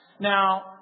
Now